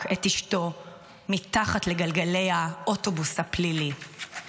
את אשתו מתחת לגלגלי האוטובוס הפלילי.